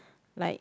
like